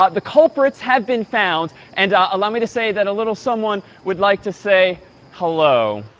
ah the culprits have been found, and allow me to say that a little someone would like to say hello.